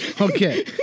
Okay